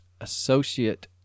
associate